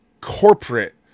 corporate